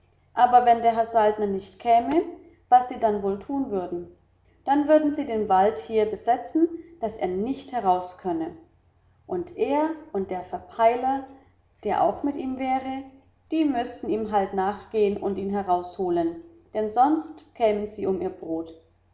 aber der herr saltner nicht käme was sie dann wohl tun würden dann würden sie den wald hier besetzen daß er nicht herauskönnte und er und der verpailer der auch mit wäre die müßten ihm halt nachgehen und ihn herausholen denn sonst kämen sie um ihr brot